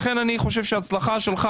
לכן אני חושב שההצלחה שלך,